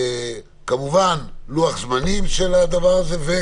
כמובן עם לוח זמנים ותקציב.